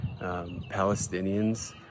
palestinians